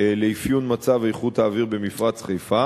לאפיון מצב איכות האוויר במפרץ חיפה